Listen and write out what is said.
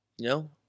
no